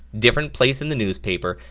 different place in the newspaper,